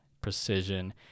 precision